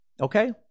okay